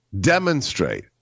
demonstrate